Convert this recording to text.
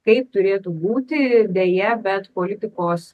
kaip turėtų būti deja bet politikos